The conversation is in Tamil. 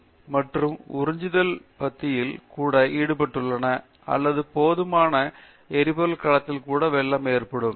பேராசிரியர் ரங்கநாதன் ஒரு பாரம்பரிய பத்தியில் மற்றும் உறிஞ்சுதல் பத்தியில் கூட ஈடுபட்டுள்ளார் அல்லது போதுமான எரிபொருள் கலத்தில் கூட வெள்ளம் ஏற்படும்